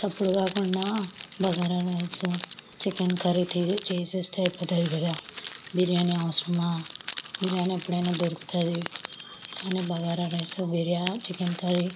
చప్పుడు కాకుండా bagara rice chicken curry చేసేస్తే అయిపోతుంది కదా బిర్యానీ అవసరమా బిర్యానీ ఎప్పుడైనా దొరుకుతుంది కానీ బగారా రైస్ చికెన్ కర్రీ